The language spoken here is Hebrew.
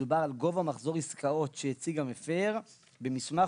מדובר על גובה מחזור עסקאות שהציג המפר במסמך